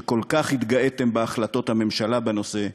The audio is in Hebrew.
שכל כך התגאיתם בהחלטות הממשלה בנושא שלה,